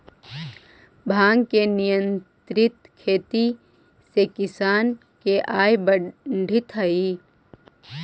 भाँग के नियंत्रित खेती से किसान के आय बढ़ित हइ